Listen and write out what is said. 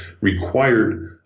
required